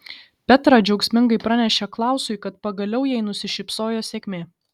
petra džiaugsmingai pranešė klausui kad pagaliau jai nusišypsojo sėkmė